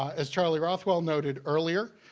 as charlie rothwell noted earlier,